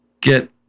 get